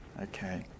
Okay